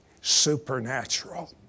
supernatural